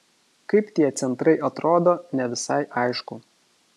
kaip tie centrai atrodo ne visai aišku